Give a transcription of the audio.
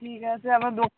ঠিক আছে আবার দো